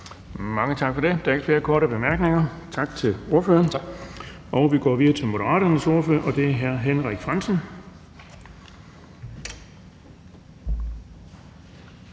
Mange tak for det. Der er ikke nogen korte bemærkninger. Tak til ordføreren. Vi går videre til Danmarksdemokraternes ordfører, og det er hr. Dennis